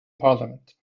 parliament